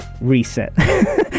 reset